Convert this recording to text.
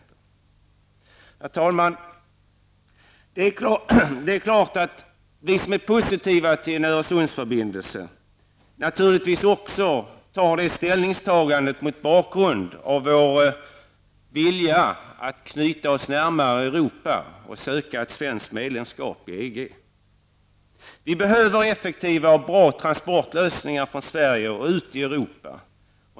Det är klart att vi som är positiva till en Öresundsförbindelse också gör det ställningstagandet mot bakgrund av vår vilja att knyta Sverige närmare Europa och söka ett svenskt medlemskap i EG. Vi behöver effektiva och bra transporter från Sverige och ut i Europa.